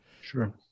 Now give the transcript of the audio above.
Sure